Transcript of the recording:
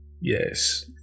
Yes